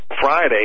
Friday